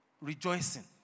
rejoicing